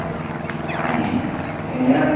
ᱤᱧᱟᱹᱜ